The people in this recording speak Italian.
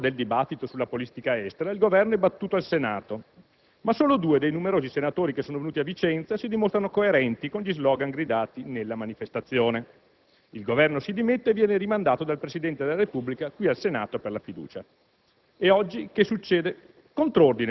Dopo quattro giorni, nel corso del dibattito sulla politica estera, il Governo è battuto al Senato, ma solo due dei numerosi senatori che sono venuti a Vicenza si dimostrano coerenti con gli *slogan* gridati nella manifestazione. Il Governo si dimette e viene rimandato dal Presidente della Repubblica al Senato per la fiducia.